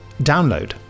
Download